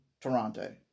Toronto